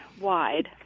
wide